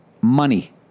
Money